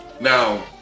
now